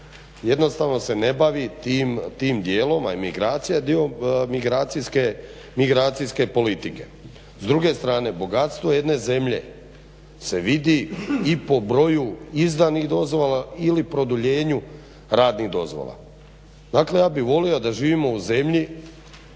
Jednostavno se ne bavi tim dijelom, a emigracija je dio migracijske politike. S druge strane bogatstvo jedne zemlje se vidi i po broju izdanih dozvola ili produljenju radnih dozvola. Dakle, ja bih volio da živimo u zemlji